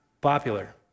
popular